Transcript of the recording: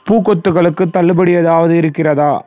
பூக்கொத்துகளுக்கு தள்ளுபடி ஏதாவது இருக்கிறதா